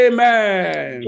Amen